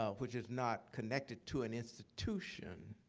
ah which is not connected to an institution.